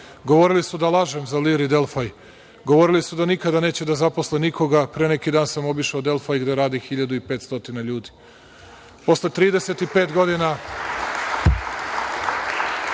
Govorili su da lažem za „Lir“ i „Delfaj“. Govorili su da nikada neću da zaposlim nikoga, a pre neki dan sam obišao „Delfaj“ gde radi 1.500 ljudi.